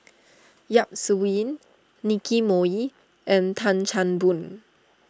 Yap Su Yin Nicky Moey and Tan Chan Boon